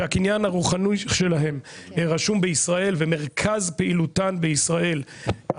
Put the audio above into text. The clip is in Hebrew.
שהקניין הרוחני שלהם רשום בישראל ומרכז פעילותן בישראל,